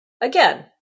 Again